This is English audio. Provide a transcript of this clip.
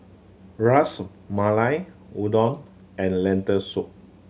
Ras Malai Udon and Lentil Soup